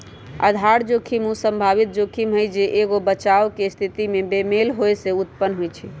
आधार जोखिम उ संभावित जोखिम हइ जे एगो बचाव के स्थिति में बेमेल होय से उत्पन्न होइ छइ